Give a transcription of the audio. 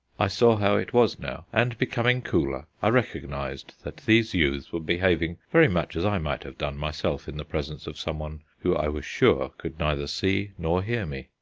i saw how it was now, and, becoming cooler, i recognized that these youths were behaving very much as i might have done myself in the presence of someone who i was sure could neither see nor hear me.